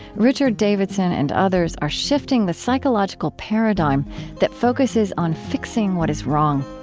richard davidson and others are shifting the psychological paradigm that focuses on fixing what is wrong.